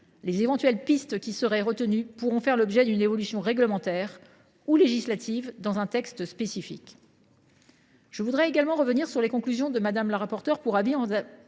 les éventuelles pistes qui seraient retenues pourront faire l’objet d’une évolution réglementaire ou législative dans un texte spécifique. Je veux également revenir sur les conclusions de Mme la rapporteure pour avis de la